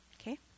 Okay